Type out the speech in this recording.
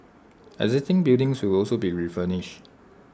existing buildings will also be refurbished